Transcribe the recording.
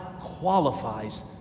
qualifies